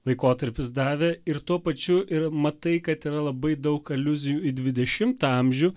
laikotarpis davė ir tuo pačiu ir matai kad yra labai daug aliuzijų į dvidešimtą amžių